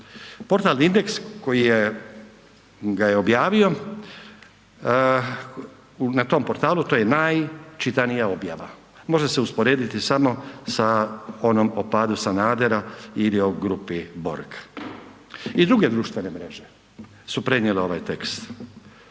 Portal „Indeks“ koji ga je objavio na tom portalu to je najčitanija objava, može se usporediti samo da onom o padu Sandara ili o grubi Borg. I druge društvene mreže su prenijele ovaj tekst,